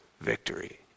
victory